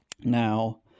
Now